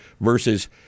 versus